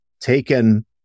taken